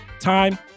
time